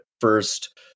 first